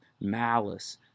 malice